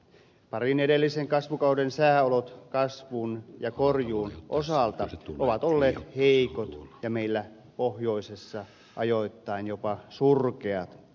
parin edellisen kasvukauden sääolot kasvun ja korjuun osalta ovat olleet heikot ja meillä pohjoisessa ajoittain jopa surkeat